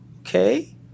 okay